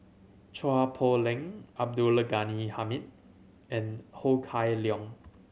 Chua Poh Leng Abdul Ghani Hamid and Ho Kai Leong